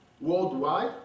worldwide